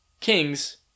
Kings